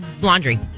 Laundry